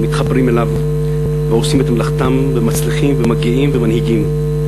מתחברים אליו ועושים את מלאכתם ומצליחים ומגיעים ומנהיגים.